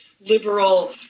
liberal